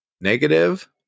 negative